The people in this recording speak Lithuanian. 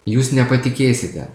jūs nepatikėsite